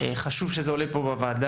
חשוב שזה עולה פה בוועדה,